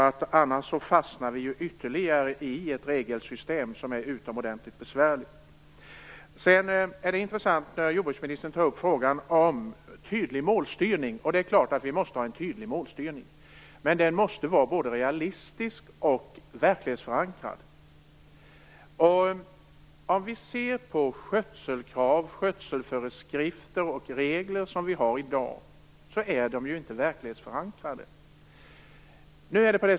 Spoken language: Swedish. Om inte fastnar vi ytterligare i ett regelsystem som är utomordentligt besvärligt. Det är intressant att höra jordbruksministern ta upp frågan om en tydlig målstyrning. Det är klart att vi måste ha en tydlig målstyrning, men den måste också vara både realistisk och verklighetsförankrad. Skötselkrav, skötselföreskrifter och olika regler som finns i dag är inte verklighetsförankrade.